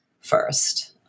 first